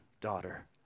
daughter